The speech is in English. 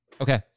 Okay